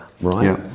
right